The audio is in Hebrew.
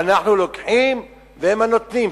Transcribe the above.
אנחנו לוקחים והם הנותנים.